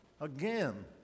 again